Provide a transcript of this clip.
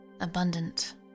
Abundant